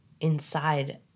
inside